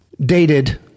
dated